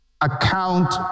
account